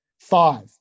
Five